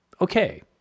okay